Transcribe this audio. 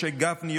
משה גפני,